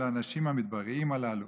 ולאנשים המדבריים הללו?